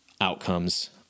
outcomes